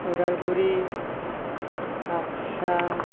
Udalguri Baksa